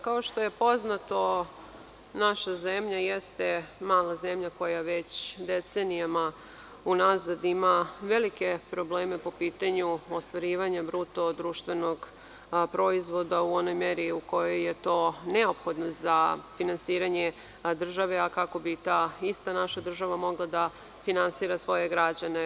Kao što je poznato, naša zemlja jeste mala zemlja koja već decenijama unazad ima velike probleme po pitanju ostvarivanja BDP u onoj meri u kojoj je to neophodno za finansiranje države, a kako bi ta ista naša država mogla da finansira svoje građane.